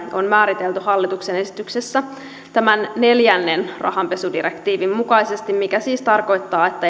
on määritelty hallituksen esityksessä tämän neljännen rahanpesudirektiivin mukaisesti mikä siis tarkoittaa että